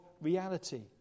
reality